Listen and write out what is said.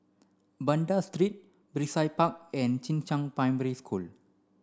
Banda Street Brizay Park and Jing Shan Primary School